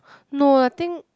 no I think